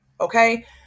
okay